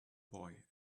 boy